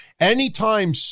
Anytime